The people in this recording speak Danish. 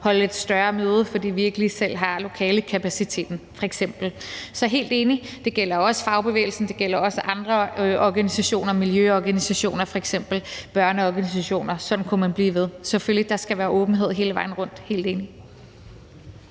holde et større møde, fordi vi ikke lige selv har lokalekapaciteten f.eks. Så jeg er helt enig. Det gælder fagbevægelsen, og det gælder også andre organisationer som f.eks. miljøorganisationer, børneorganisationer, og sådan kunne man blive ved. Der skal selvfølgelig være åbenhed hele vejen rundt – jeg